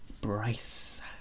Bryce